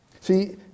See